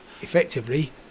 effectively